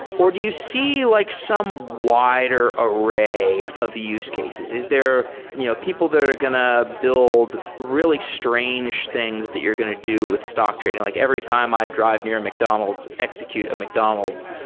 or do you see like some wider array of use cases? is there you know people that are going to build really strange things that you're going to do with stock trading? like every time i drive near mcdonald's, execute a mcdonald's,